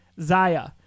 Zaya